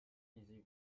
easy